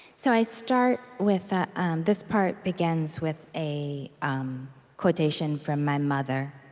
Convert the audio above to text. so i start with this part begins with a um quotation from my mother.